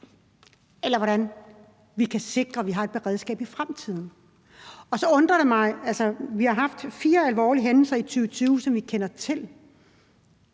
eller hvordan vi kan sikre, at vi har et beredskab i fremtiden? Så er der noget, der undrer mig. Altså, vi har haft fire alvorlige hændelser i 2020, som vi kender til.